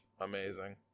Amazing